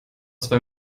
zwei